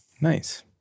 nice